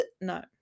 no